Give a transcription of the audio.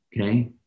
Okay